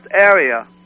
area